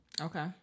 Okay